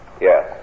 yes